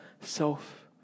self